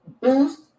Boost